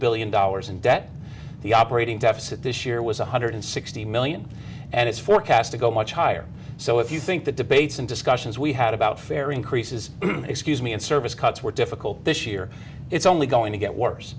billion dollars in debt the operating deficit this year was one hundred sixty million and it's forecast to go much higher so if you think the debates and discussions we had about fare increases excuse me and service cuts were difficult this year it's only going to get worse